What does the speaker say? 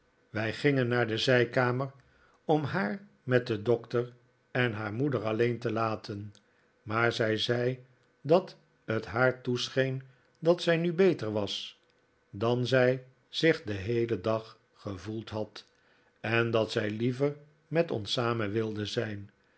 wij gingen naar de zijkamer om haar met den doctor en haar moeder alleen te laten maar zij zei dat het haar toescheen dat zij nu beter was dan zij zich den heelen dag gevoeld had en dat zij liever met ons samen wilde zijn